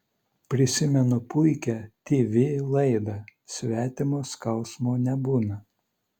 prisimenu puikią tv laidą svetimo skausmo nebūna